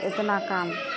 एतना काम